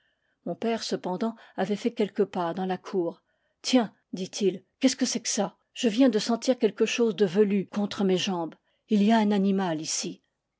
mon père cependant avait fait quelques pas dans la cour tiens dit-il qu'est-ce que c'est que ça je viens de sentir quelque chose de velu contre mes jambes il y a un animal ici